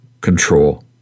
control